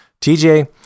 TJ